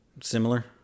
similar